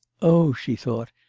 oh! she thought,